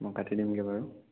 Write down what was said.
কাটি দিমগৈ বাৰু